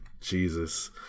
Jesus